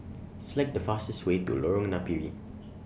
Select The fastest Way to Lorong Napiri